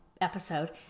episode